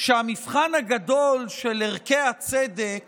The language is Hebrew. שהמבחן הגדול של ערכי הצדק